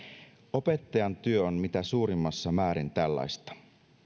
opettajan työ on mitä suurimmassa määrin tällaista